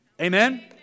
Amen